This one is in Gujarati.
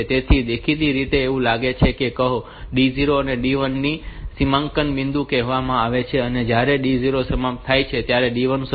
તેથી દેખીતી રીતે એવું લાગે છે કે કહો કે આ D0 D1 ને સીમાંકન બિંદુ કહેવામાં આવે છે અને જયારે D0 સમાપ્ત થાય છે ત્યારે D1 શરૂ થાય છે